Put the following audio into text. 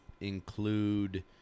include